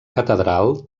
catedral